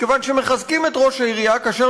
מכיוון שמחזקים את ראש העירייה כאשר